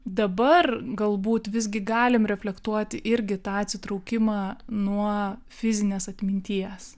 dabar galbūt visgi galim reflektuoti irgi tą atsitraukimą nuo fizinės atminties